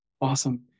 Awesome